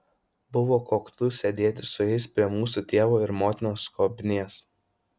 buvo koktu sėdėti su jais prie mūsų tėvo ir motinos skobnies